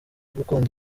gukunda